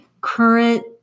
current